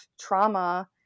trauma